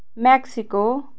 Mexico